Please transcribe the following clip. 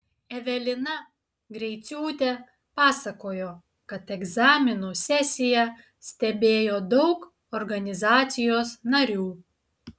evelina greiciūtė pasakojo kad egzaminų sesiją stebėjo daug organizacijos narių